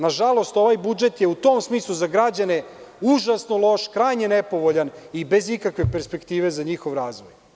Na žalost, ovaj budžet je u tom smislu za građane užasno loš, krajnje nepovoljan i bez ikakve perspektive za njihov razvoj.